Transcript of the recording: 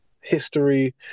history